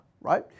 right